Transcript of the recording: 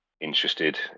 interested